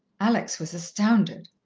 alex was astounded.